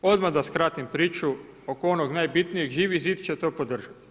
Odmah da skratim priču oko onog najbitnijeg, Živi zid će to podržat.